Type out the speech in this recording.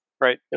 Right